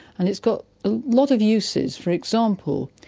and it's got a lot of uses. for example,